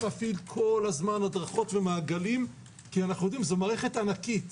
להפעיל כל הזמן הדרכות ומאגרים כי זו מערכת ענקית.